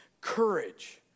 Courage